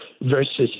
versus